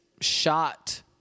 shot